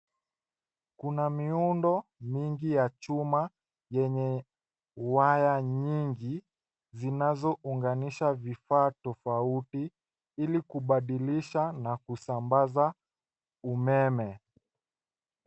Una miundo mingi ya chuma yenye waya nyingi zinazounganisha vifaa tofauti ili kubadilisha na kusambaza umeme.